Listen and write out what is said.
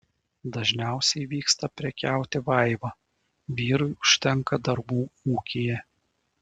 dažniausiai vyksta prekiauti vaiva vyrui užtenka darbų ūkyje